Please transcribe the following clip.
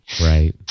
right